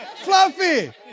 Fluffy